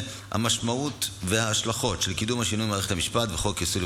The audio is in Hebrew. בנושא: העדפת ועדת סל התרופות לממן טיפול בחולי סרטן